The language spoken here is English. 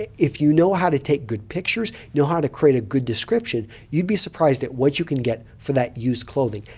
if you know how to take good pictures, know how to create a good description, you'd be surprised at what you can get for that used clothing.